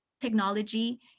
Technology